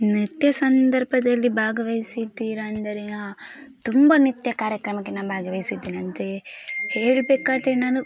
ನೃತ್ಯ ಸಂದರ್ಭದಲ್ಲಿ ಭಾಗವಹಿಸಿದ್ದೀರಾ ಅಂದರೆ ತುಂಬ ನೃತ್ಯ ಕಾರ್ಯಕ್ರಮಕ್ಕೆ ನಾನು ಭಾಗವಹಿಸಿದ್ದೇನಂತೆ ಹೇಳಬೇಕಾದ್ರೆ ನಾನು